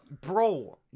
bro